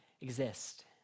exist